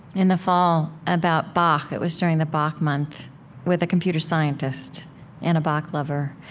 in the fall, about bach it was during the bach month with a computer scientist and a bach lover.